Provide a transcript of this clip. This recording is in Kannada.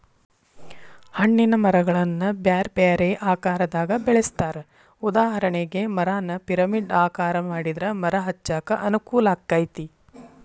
ಹಣ್ಣಿನ ಮರಗಳನ್ನ ಬ್ಯಾರ್ಬ್ಯಾರೇ ಆಕಾರದಾಗ ಬೆಳೆಸ್ತಾರ, ಉದಾಹರಣೆಗೆ, ಮರಾನ ಪಿರಮಿಡ್ ಆಕಾರ ಮಾಡಿದ್ರ ಮರ ಹಚ್ಚಾಕ ಅನುಕೂಲಾಕ್ಕೆತಿ